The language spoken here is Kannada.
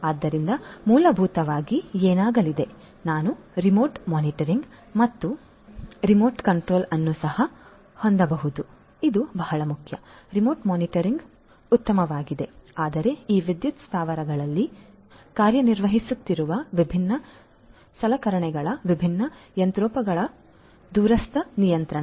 ಆದ್ದರಿಂದ ಮೂಲಭೂತವಾಗಿ ಏನಾಗಲಿದೆ ನಾವು ರಿಮೋಟ್ ಮಾನಿಟರಿಂಗ್ ಮತ್ತು ರಿಮೋಟ್ ಕಂಟ್ರೋಲ್ ಅನ್ನು ಸಹ ಹೊಂದಬಹುದು ಇದು ಬಹಳ ಮುಖ್ಯ ರಿಮೋಟ್ ಮಾನಿಟರಿಂಗ್ ಉತ್ತಮವಾಗಿದೆ ಆದರೆ ಈ ವಿದ್ಯುತ್ ಸ್ಥಾವರಗಳಲ್ಲಿ ಕಾರ್ಯನಿರ್ವಹಿಸುತ್ತಿರುವ ವಿಭಿನ್ನ ಸಲಕರಣೆಗಳ ವಿಭಿನ್ನ ಯಂತ್ರೋಪಕರಣಗಳ ದೂರಸ್ಥ ನಿಯಂತ್ರಣ